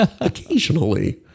Occasionally